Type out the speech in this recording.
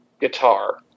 guitar